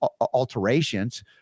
alterations